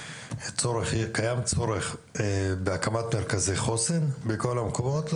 קיים צורך בהקמת מרכזי חוסן בכל המקומות,